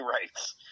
rights